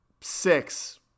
six